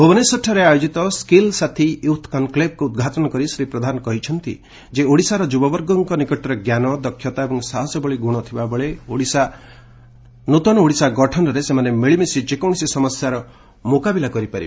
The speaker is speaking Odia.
ଭୁବନେଶ୍ୱରଠାରେ ଆୟୋଜିତ ସ୍କିଲ୍ ସାଥୀ ୟୁଥ୍ କନ୍କ୍ଲେଭ୍କୁ ଉଦ୍ଘାଟନ କରି ଶ୍ରୀ ପ୍ରଧାନ କହିଛନ୍ତି ଯେ ଓଡ଼ିଶାର ଯୁବବର୍ଗଙ୍କ ନିକଟରେ ଜ୍ଞାନ ଦକ୍ଷତା ଏବଂ ସାହସ ଭଳି ଗୁଣ ଥିବାବେଳେ ନୂତନ ଓଡ଼ିଶା ଗଠନରେ ସେମାନେ ମିଳିମିଶି ଯେକୌଣସି ସମସ୍ୟାର ମୁକାବିଲା କରିପାରିବେ